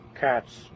cats